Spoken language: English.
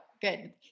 good